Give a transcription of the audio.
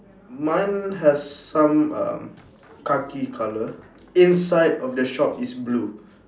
mine has some uh khaki colour inside of the shop is blue